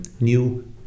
new